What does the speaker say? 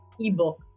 ebook